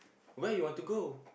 where you want to go